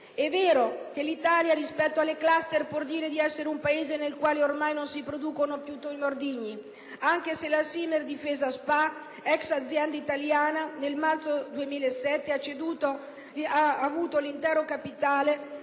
E' vero che l'Italia rispetto alle *cluster bombs* può dire di essere un Paese nel quale ormai non si producono più tali ordigni, anche se la Simmel Difesa S.p.A, ex azienda italiana che nel marzo 2007 ha ceduto l'intero capitale